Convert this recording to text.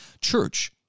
church